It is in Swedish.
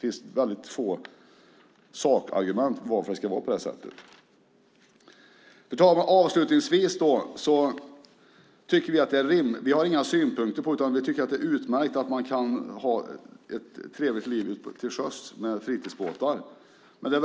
Det finns få sakargument till att det ska vara på det sättet. Fru talman! Avslutningsvis tycker vi att det är utmärkt att man kan ha ett trevligt liv till sjöss med fritidsbåtar. Det har vi inga synpunkter på.